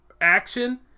action